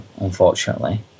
unfortunately